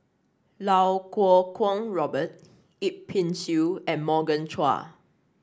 Iau Kuo Kwong Robert Yip Pin Xiu and Morgan Chua